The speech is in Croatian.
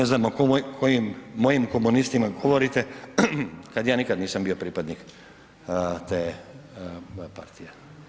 Ne znam o kojim mojim komunistima govorite, kad ja nikad nisam bio pripadnik te partije.